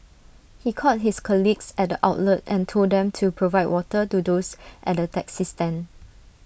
he called his colleagues at the outlet and told them to provide water to those at the taxi stand